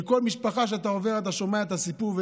מכל משפחה שאתה עובר אתה שומע את הסיפור,